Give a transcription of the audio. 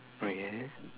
okay